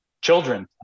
Children